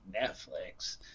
Netflix